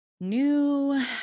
new